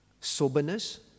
soberness